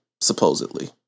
supposedly